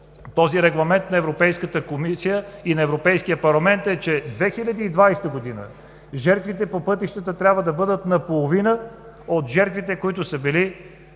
по Регламента на Европейската комисия и на Европейския парламент, че 2020 г. жертвите по пътищата трябва да бъдат наполовина от жертвите, които са били